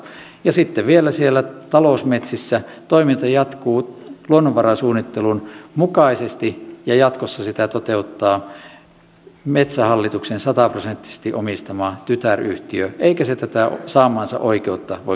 ja sitten vielä siellä talousmetsissä toiminta jatkuu luonnonvarasuunnittelun mukaisesti ja jatkossa sitä toteuttaa metsähallituksen sataprosenttisesti omistama tytäryhtiö eikä se tätä saamaansa oikeutta voi kenellekään luovuttaa